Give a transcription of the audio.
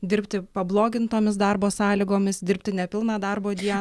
dirbti pablogintomis darbo sąlygomis dirbti nepilną darbo die